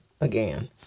Again